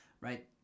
right